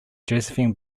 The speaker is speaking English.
josephine